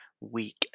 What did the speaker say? week